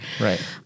Right